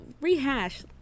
rehash